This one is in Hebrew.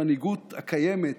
המנהיגות הקיימת